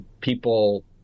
people